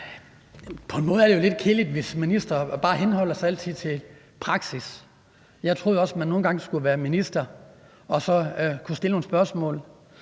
På en måde er det jo lidt kedeligt, hvis ministre altid bare henholder sig til praksis. Jeg troede også, at man som minister nogle gange skulle kunne stille nogle spørgsmål